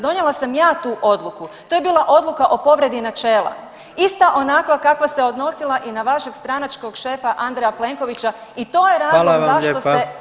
Donijela sam ja tu odluku, to je bila odluka o povredi načela, ista onakva kakva se odnosila i na vašeg stranačkog šefa Andreja Plenkovića i to je razlog zašto ste